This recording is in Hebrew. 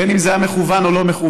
בין אם זה היה מכוון או לא מכוון.